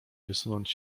wysunąć